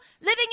living